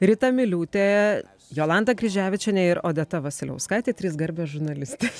rita miliūtė jolanta kryževičienė ir odeta vasiliauskaitė trys garbios žurnalistės